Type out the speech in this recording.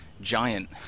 giant